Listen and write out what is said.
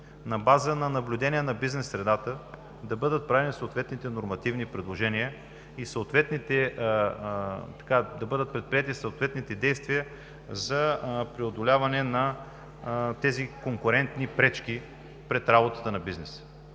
на база на наблюдение на бизнес средата да бъдат направени съответните нормативни предложения и да бъдат предприети съответните действия за преодоляване на конкурентните пречки пред работата на бизнеса.